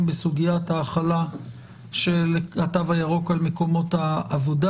בסוגיית ההחלה של התו הירוק על מקומות העבודה.